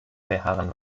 verharren